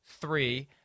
three